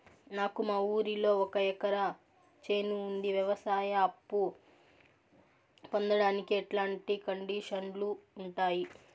నాకు మా ఊరిలో ఒక ఎకరా చేను ఉంది, వ్యవసాయ అప్ఫు పొందడానికి ఎట్లాంటి కండిషన్లు ఉంటాయి?